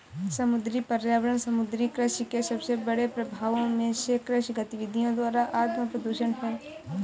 समुद्री पर्यावरण समुद्री कृषि के सबसे बड़े प्रभावों में से कृषि गतिविधियों द्वारा आत्मप्रदूषण है